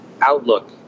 outlook